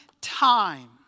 time